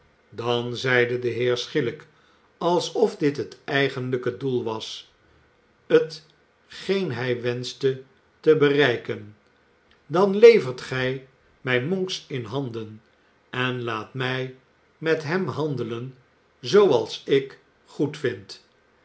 dan zeide de heer schielijk alsof dit het eigenlijke doel was t geen hij wenschte te bereiken dan levert gij mij monks in handen en laat mij met hem handelen zooals ik goedvind